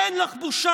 אין לך בושה?